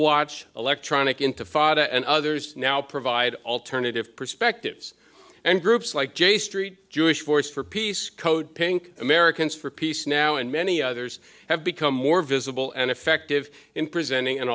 watch electronic intifada and others now provide alternative perspectives and groups like j street jewish force for peace code pink americans for peace now and many others have become more visible and effective in presenting an